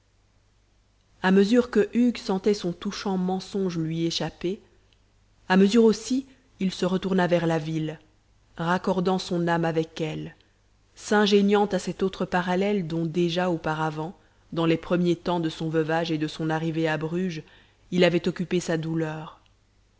à mesure que hugues sentait son touchant mensonge lui échapper à mesure aussi il se retourna vers la ville raccordant son âme avec elle s'ingéniant à cet autre parallèle dont déjà auparavant dans les premiers temps de son veuvage et de son arrivée à bruges il avait occupé sa douleur